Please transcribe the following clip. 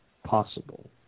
Possible